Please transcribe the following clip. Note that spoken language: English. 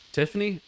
Tiffany